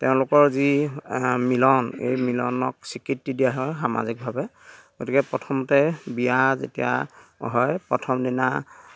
তেওঁলোকৰ যি মিলন এই মিলনক স্বীকৃতি দিয়া হয় সামাজিকভাৱে গতিকে প্ৰথমতে বিয়া যেতিয়া হয় প্ৰথম দিনা